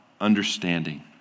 understanding